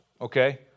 okay